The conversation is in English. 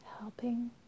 Helping